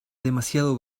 demasiado